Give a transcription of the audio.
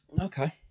Okay